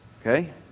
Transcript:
Okay